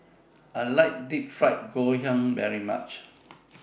I like Deep Fried Ngoh Hiang very much